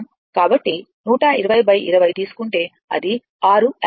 కాబట్టి 12020 తీసుకుంటే అది 6 యాంపియర్